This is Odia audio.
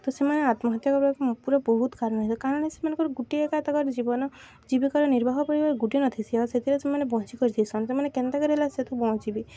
ତ ସେମାନେ ଆତ୍ମହତ୍ୟା କର୍ବାକେ ପୁରା ବହୁତ୍ କାରଣ୍ ହେଇଥିବ କାରଣ ସେମାନଙ୍କର ଗୋଟେ ଏକା ତାକର୍ ଜୀବନ ଜୀବିକାର ନିର୍ବାହ କରିବାର ଗୁଟେ ନ ଥିସି ଆଉ ସେଥିରେ ସେମାନେ ବଞ୍ଚିକରିଥିସନ୍ ସେମାନେ କେନ୍ତାକରି ହେଲେ ସେଠୁ ବଞ୍ଚିବେ